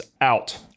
out